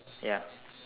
ya